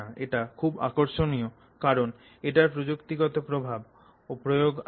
এটা খুবি আকর্ষণীয় কারণ এটার প্রযুক্তিগত প্রভাব ও প্রয়োগ আছে